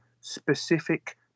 specific